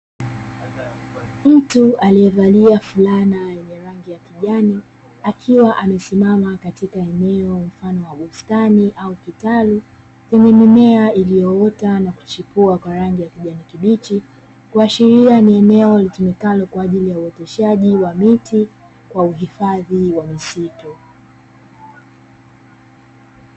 Mtu aliyevalia fulana yenye rangi ya kijani, akiwa amesimama katika eneo mfano wa bustani au kitalu, yenye mimea iliyoota na kuchipua kwa rangi ya kijaji kibichi, kuashiria ni eneo litumikalo kwa ajili ya uoteshaji wa miti, kwa uhifadhi wa misitu.